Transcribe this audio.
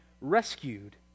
rescued